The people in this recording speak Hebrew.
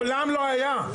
זה מעולם לא היה.